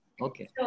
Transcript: Okay